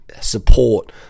support